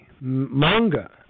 manga